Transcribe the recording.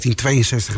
1962